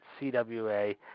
CWA